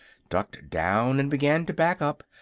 ducked down and began to back up,